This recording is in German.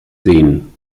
sehen